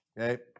Okay